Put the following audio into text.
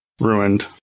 ruined